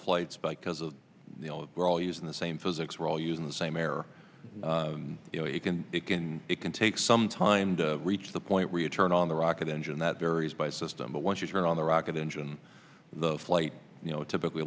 flights but because of we're all using the same physics we're all using the same air you know you can it can it can take some time to reach the point where you turn on the rocket engine that varies by system but once you turn on the rocket engine the flight you know typically